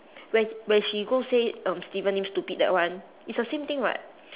when when she go say um steven lim stupid that one it's the same thing [what]